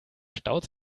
staut